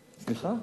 סליחה?